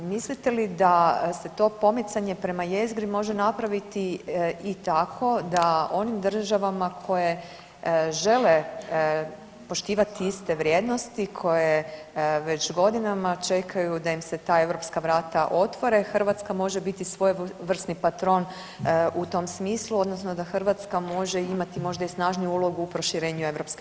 Mislite li da se to pomicanje prema jezgri može napraviti i tako da onim državama koje žele poštivati iste vrijednosti, koje već godinama čekaju da im se ta europska vrata otvore, Hrvatska može biti svojevrsni patron u tom smislu odnosno da Hrvatska može imati možda i snažniju ulogu u proširenju EU?